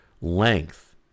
length